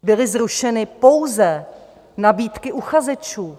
Byly zrušeny pouze nabídky uchazečů.